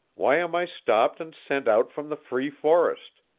why am i stopped and sent out from the free forest?